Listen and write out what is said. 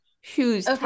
Shoes